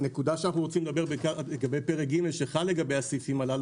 הנקודה שאנחנו רוצים להתייחס לגבי פרק ג' שחל לגבי הסעיפים האלה